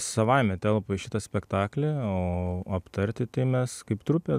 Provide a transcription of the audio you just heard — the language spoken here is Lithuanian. savaime telpa į šitą spektaklį o aptarti tai mes kaip trupė